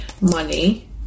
money